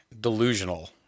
delusional